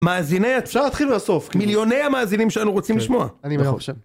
מאזיני, אפשר להתחיל מהסוף, מיליוני המאזינים שלנו רוצים לשמוע. אני